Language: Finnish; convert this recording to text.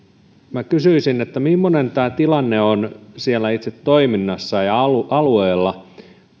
minä kysyisin millainen tämä tilanne on siellä itse toiminnassa ja alueella